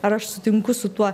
ar aš sutinku su tuo